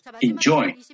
enjoy